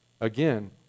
Again